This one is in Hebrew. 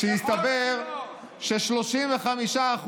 כשהסתבר ש-35%,